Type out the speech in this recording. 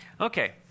Okay